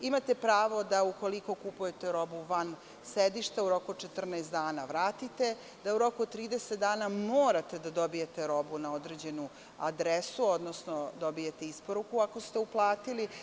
Imate pravo da, ukoliko kupujete robu van sedišta, u roku od 14 dana vratite, da u roku od 30 dana morate da dobijete robu na određenu adresu, odnosno dobijete isporuku ako ste uplatili.